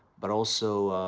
but also,